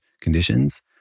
conditions